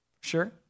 Sure